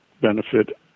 benefit